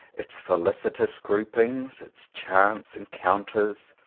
its felicitous groupings, its chance encount ers,